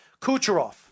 Kucherov